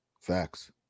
Facts